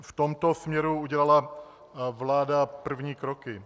V tomto směru udělala vláda první kroky.